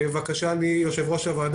תודה אדוני היו"ר.